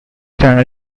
general